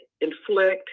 inflict